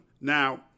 Now